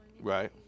Right